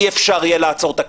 אי-אפשר יהיה לעצור את הכנסת.